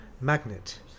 magnet